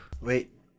Wait